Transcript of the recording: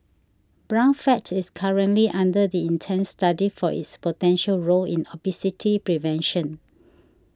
brown fat is currently under the intense study for its potential role in obesity prevention